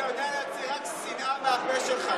אתה יודע להוציא רק שנאה מהפה שלך,